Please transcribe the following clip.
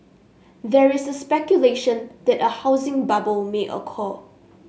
there is speculation that a housing bubble may occur